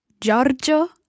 Giorgio